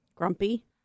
Grumpy